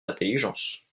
l’intelligence